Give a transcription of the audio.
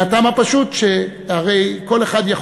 מהטעם הפשוט,